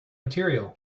material